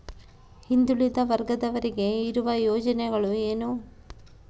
ಹಿಂದುಳಿದ ವರ್ಗದವರಿಗೆ ಇರುವ ಯೋಜನೆಗಳು ಏನು?